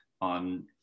on